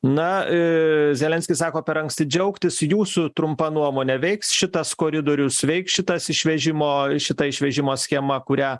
na zelenskis sako per anksti džiaugtis jūsų trumpa nuomonė veiks šitas koridorius veiks šitas išvežimo šita išvežimo schema kurią